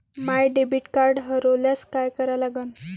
माय debit card हरोल्यास काय करा लागन?